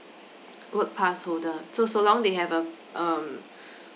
work pass holder so so long they have uh um